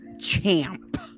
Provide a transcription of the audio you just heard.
Champ